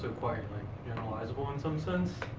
quite like generalizable in some sense.